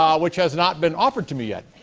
um which has not been offered to me yet.